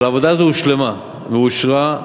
העבודה הזאת הושלמה ואושרה,